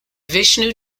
vishnu